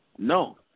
No